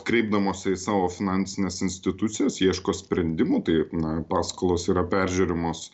kreipdamosi į savo finansines institucijas ieško sprendimų tai na paskolos yra peržiūrimos